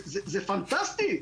זה פנטסטי.